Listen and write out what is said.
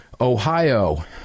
Ohio